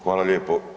Hvala lijepo.